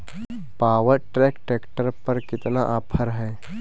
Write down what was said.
Power track tractor पर कितना offer है?